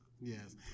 yes